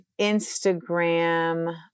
Instagram